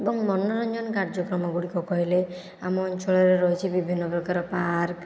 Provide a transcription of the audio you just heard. ଏବଂ ମନୋରଞ୍ଜନ କାର୍ଯ୍ୟକ୍ରମ ଗୁଡ଼ିକ କହିଲେ ଆମ ଅଞ୍ଚଳରେ ରହିଛି ବିଭିନ୍ନ ପ୍ରକାର ପାର୍କ